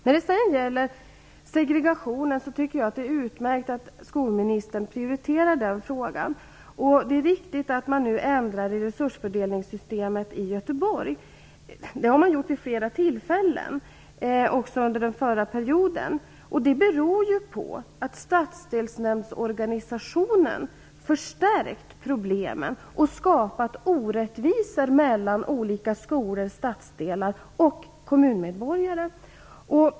När det gäller segregationen tycker jag att det är utmärkt att skolministern prioriterar den frågan. Det är riktigt att man nu ändrar i resursfördelningssystemet i Göteborg. Det har man gjort vid flera tillfällen, också under den förra mandatperioden. Det beror på att stadsdelsnämndsorganisationen förstärkt problemen och skapat orättvisor mellan olika skolor och stadsdelar och kommunmedborgare.